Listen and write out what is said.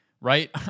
right